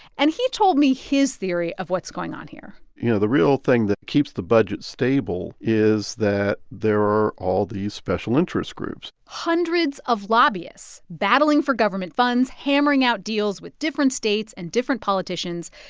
and he told me his theory of what's going on here you know, the real thing that keeps the budget stable is that there are all these special interest groups hundreds of lobbyists battling for government funds, hammering out deals with different states and different politicians.